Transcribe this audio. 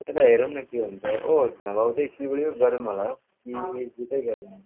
त्यही त हेरौँ न के हुन्छ ओ नभए उतै सिलगढी गरौँ होला हो कि यहीँ गरौँ